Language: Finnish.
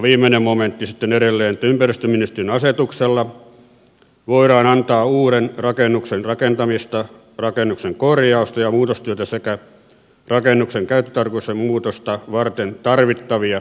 viimeinen momentti sitten edelleen että ympäristöministeriön asetuksella voidaan antaa uuden rakennuksen rakentamista rakennuksen korjaus ja muutostyötä sekä rakennuksen käyttötarkoituksen muutosta varten tarvittavia tarkempia säännöksiä